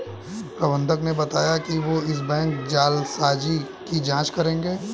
प्रबंधक ने बताया कि वो इस बैंक जालसाजी की जांच करेंगे